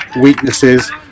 weaknesses